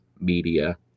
media